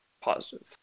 positive